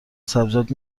سبزیجات